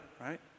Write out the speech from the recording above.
right